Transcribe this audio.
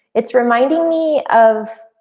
it's reminding me of